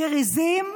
דיר עיזים,